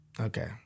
okay